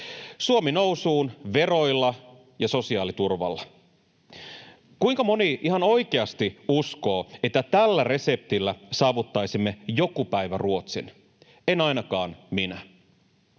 Suomi nousuun veroilla ja sosiaaliturvalla. Kuinka moni ihan oikeasti uskoo, että tällä reseptillä saavuttaisimme joku päivä Ruotsin? En ainakaan minä.